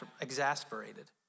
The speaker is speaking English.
exasperated